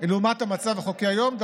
לעומת המצב החוקי היום,